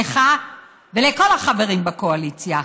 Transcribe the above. לך ולכל החברים בקואליציה,